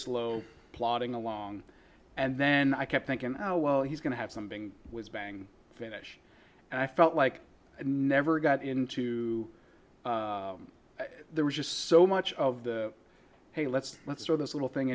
slow plodding along and then i kept thinking oh well he's going to have some bang bang finish and i felt like i never got into there was just so much of the hey let's let's throw this little thing